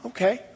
Okay